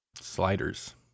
Sliders